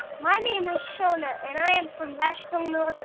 my name is shawna, and i am from nashville,